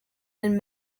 and